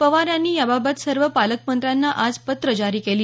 पवार यांनी याबाबत सर्व पालकमंत्र्यांना आज पत्रं जारी केली